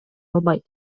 албайт